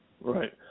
Right